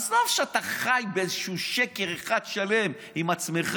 עזוב שאתה חי איזשהו שקר אחד שלם עם עצמך.